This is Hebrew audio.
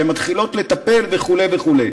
שמתחילות לטפל וכו' וכו'.